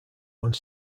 one